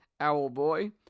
Owlboy